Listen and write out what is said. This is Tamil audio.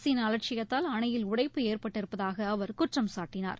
அரசின் அலட்சியத்தால் அணையில் உடைப்பு ஏற்பட்டிருப்பதாக அவர் குற்றம்சாட்டினார்